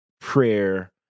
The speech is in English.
prayer